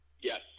Yes